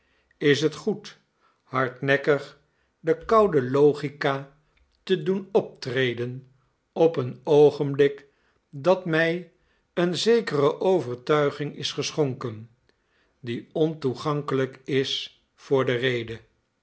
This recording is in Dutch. is het goed hardnekkig de koude logica te doen optreden op een oogenblik dat mij een zekere overtuiging is geschonken die ontoegankelijk is voor de rede